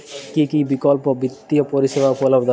কী কী বিকল্প বিত্তীয় পরিষেবা উপলব্ধ আছে?